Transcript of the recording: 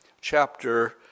chapter